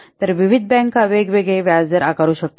तर विविध बँका वेगवेगळे व्याज दर आकारू शकतात